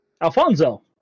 Alfonso